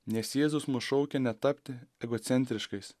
nes jėzus mus šaukia netapti egocentriškais